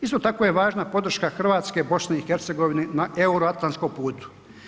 Isto tako je važna podrška hrvatske BiH na euroatlanskom putu.